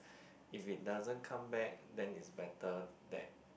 if it doesn't come back then it's better that